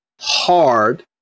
hard